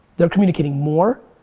they're communicating more.